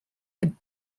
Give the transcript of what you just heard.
had